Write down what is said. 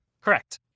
Correct